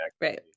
right